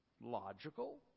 logical